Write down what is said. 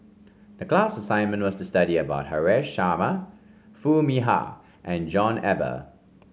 the class assignment was to study about Haresh Sharma Foo Mee Har and John Eber